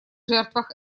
жертвах